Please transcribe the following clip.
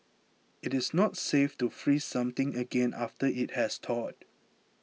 it is not safe to freeze something again after it has thawed